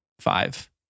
five